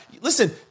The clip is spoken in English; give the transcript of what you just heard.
Listen